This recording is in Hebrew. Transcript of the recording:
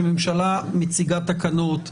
שממלה שמציגה תקנות,